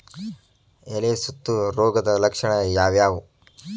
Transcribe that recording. ಎಲೆ ಸುತ್ತು ರೋಗದ ಲಕ್ಷಣ ಯಾವ್ಯಾವ್?